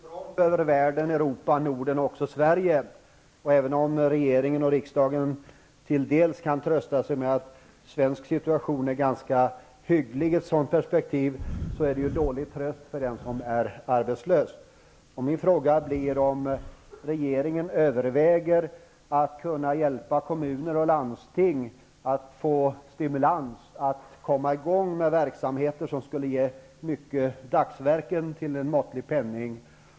Fru talman! Arbetslösheten sveper ju fram som en tromb över världen, också över Europa och Sverige. Även om regeringen och riksdagen delvis kan trösta sig med att den svenska situationen är ganska hygglig, är det en dålig tröst för den som är arbetslös. Min fråga blir: Överväger regeringen att hjälpa kommuner och landsting att få stimulans att komma i gång med verksamheter som ger dagsverken till en måttlig kostnad?